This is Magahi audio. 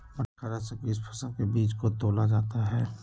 बटखरा से किस फसल के बीज को तौला जाता है?